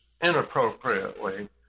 inappropriately